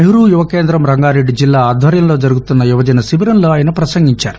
నెహూ యువ కేందం రంగారెడ్డి జిల్లా ఆధ్వర్యంలో జరుగుతున్న యువజన శిబిరంలో ఆయన పసంగించారు